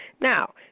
Now